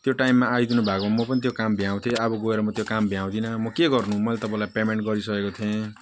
त्यो टाइममा आइदिनु भएको भए म पनि त्यो काम भ्याउँथेँ अब गएर त्यो काम भ्याउँदिनँ म के गर्नु मैले तपाईँलाई पेमेन्ट गरिसकेको थिएँ